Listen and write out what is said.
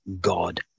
God